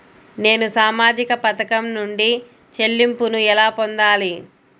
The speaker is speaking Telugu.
నేను సామాజిక పథకం నుండి చెల్లింపును ఎలా పొందాలి?